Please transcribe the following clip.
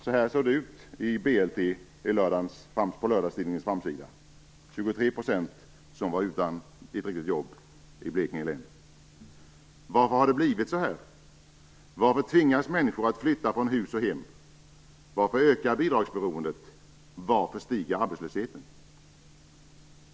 Så såg det ut i lördags på BLT:s framsida, Inger Varför har det blivit så här? Varför tvingas människor att flytta från hus och hem? Varför ökar bidragsberoendet? Varför stiger arbetslösheten?